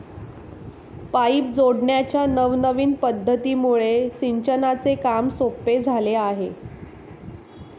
pipe जोडण्याच्या नवनविन पध्दतीमुळे सिंचनाचे काम सोपे झाले आहे